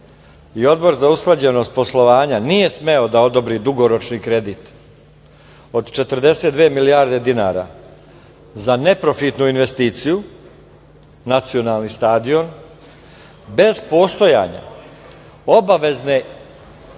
i Odbor za usklađenost poslovanja nije smeo da odobri dugoročni kredit od 42 milijarde dinara za neprofitnu investiciju, nacionalni stadion bez postojanja obavezne investicione